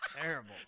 Terrible